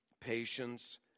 patience